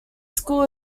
school